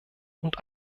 und